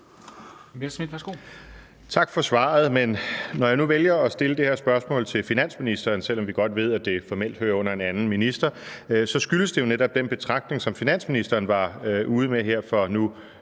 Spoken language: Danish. Tak for svaret. Men når jeg nu vælger at stille det her spørgsmål til finansministeren, selv om vi godt ved, at det formelt hører under en anden minister, så skyldes det jo netop den betragtning, som finansministeren var ude med her for nu